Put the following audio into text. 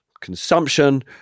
consumption